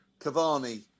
Cavani